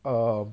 um